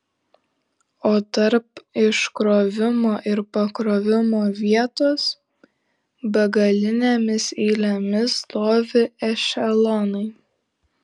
o tarp iškrovimo ir pakrovimo vietos begalinėmis eilėmis stovi ešelonai